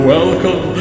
Welcome